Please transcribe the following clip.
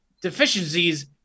deficiencies